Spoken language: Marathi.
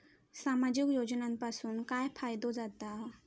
सामाजिक योजनांपासून काय फायदो जाता?